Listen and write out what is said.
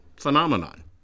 phenomenon